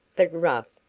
but rough,